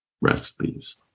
recipes